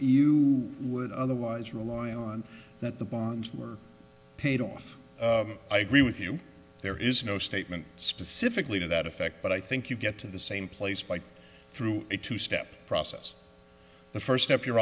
you would otherwise rely on that the bonds were paid off i agree with you there is no statement specifically to that effect but i think you get to the same place by through a two step process the first step your